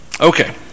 Okay